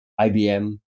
IBM